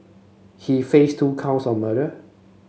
he face two counts of murder